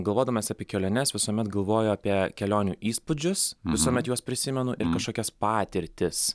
galvodamas apie keliones visuomet galvoju apie kelionių įspūdžius visuomet juos prisimenu imant tokias patirtis